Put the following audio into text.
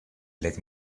let